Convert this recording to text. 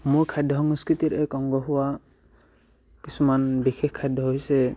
মোৰ খাদ্য সংস্কৃতিৰ এক অংগ হোৱা কিছুমান বিশেষ খাদ্য হৈছে